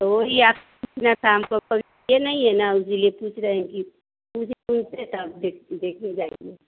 तो वही आप पूछना था हमको ये नहीं है न पूछ रहे हैं कि तब देख देखने जाएंगे